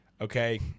Okay